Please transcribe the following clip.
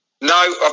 No